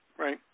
Right